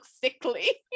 sickly